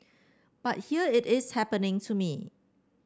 but here it is happening to me